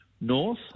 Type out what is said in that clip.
north